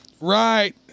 Right